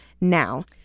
now